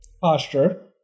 posture